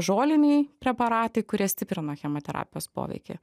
žoliniai preparatai kurie stiprina chemoterapijos poveikį